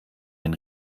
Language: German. den